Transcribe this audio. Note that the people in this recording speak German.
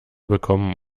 bekommen